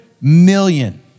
million